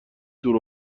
دور